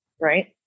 Right